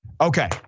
Okay